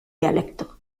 dialecto